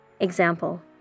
Example